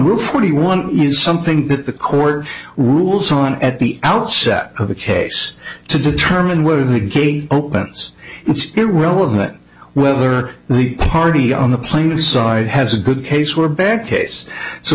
route forty one is something that the court rules on at the outset of a case to determine whether the gate opens it relevant whether the party on the playing side has a good case or bad case so